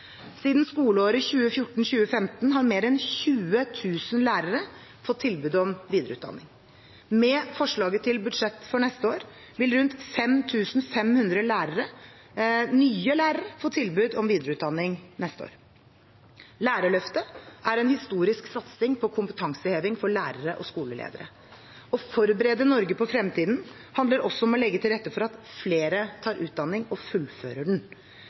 Siden skoleåret 2014–2015 har mer enn 20 000 lærere fått tilbud om videreutdanning. Med forslaget til budsjett for neste år vil rundt 5 500 nye lærere få tilbud om videreutdanning neste år. Lærerløftet er en historisk satsing på kompetanseheving for lærere og skoleledere. Å forberede Norge på fremtiden handler også om å legge til rette for at flere tar utdanning og fullfører den.